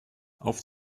auf